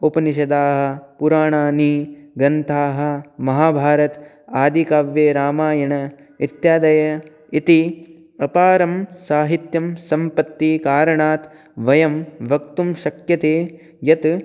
उपनिषदः पुराणानि ग्रन्थाः महाभारतम् आदिकाव्यरामायणम् इत्यादयः इति अपारं साहित्यं सम्पत्तिकारणात् वयं वक्तुं शक्यते यत्